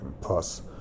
plus